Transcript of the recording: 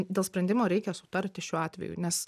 dėl sprendimo reikia sutarti šiuo atveju nes